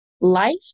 life